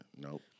Nope